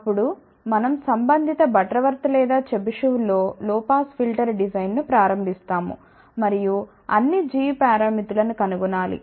అప్పుడు మనం సంబంధిత బటర్వర్త్ లేదా చెబిషెవ్ లో పాస్ ఫిల్టర్ డిజైన్ను ప్రారంభిస్తాము మరియు అన్ని g పారామితులను కనుగొనాలి